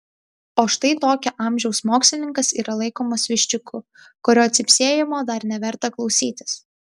o štai tokio amžiaus mokslininkas yra laikomas viščiuku kurio cypsėjimo dar neverta klausytis